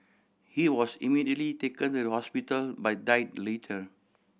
he was immediately taken to the hospital but died later